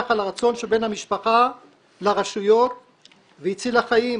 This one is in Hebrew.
על הרצון של בן המשפחה לרשויות והצילה חיים,